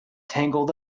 tangled